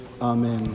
amen